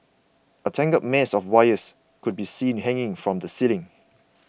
a tangled mess of wires could be seen hanging from the ceiling